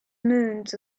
moons